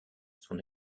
son